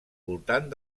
voltant